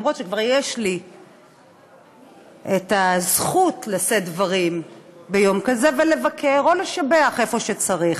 למרות שכבר יש לי זכות לשאת דברים ביום כזה ולבקר או לשבח איפה שצריך.